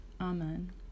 Amen